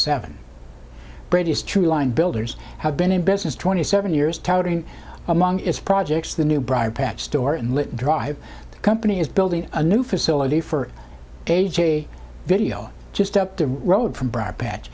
seven brady is true line builders have been in business twenty seven years touting among its projects the new briar patch store and live drive the company is building a new facility for a j video just up the road from briarpatch